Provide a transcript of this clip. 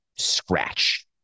scratch